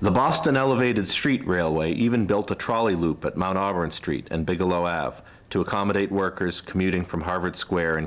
the boston elevated street railway even built a trolley loop at mount auburn street and bigelow av to accommodate workers commuting from harvard square in